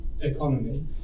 economy